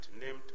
named